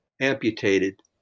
amputated